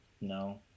No